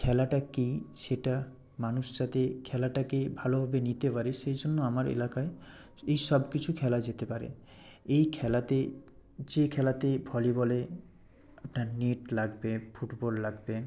খেলাটা কী সেটা মানুষ মানুষ যাতে খেলাটাকে ভালোভাবে নিতে পারে সেই জন্য আমার এলাকায় এই সবকিছু খেলা যেতে পারে এই খেলাতে যে খেলাতে ভলিবলে একটা নেট লাগবে ফুটবল লাগবে